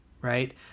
right